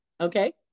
okay